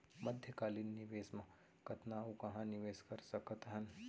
मध्यकालीन निवेश म कतना अऊ कहाँ निवेश कर सकत हन?